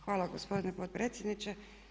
Hvala gospodine potpredsjedniče.